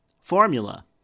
formula